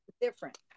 different